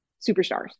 superstars